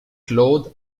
claude